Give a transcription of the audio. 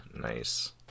Nice